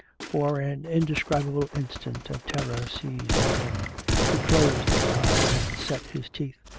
for an indescribable instant a terror seized on him he closed his eyes and set his teeth.